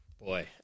Boy